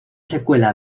secuela